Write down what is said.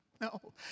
no